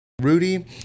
Rudy